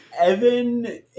Evan